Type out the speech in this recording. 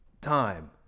time